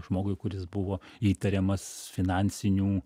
žmogui kuris buvo įtariamas finansinių